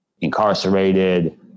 incarcerated